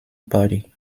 party